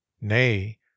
nay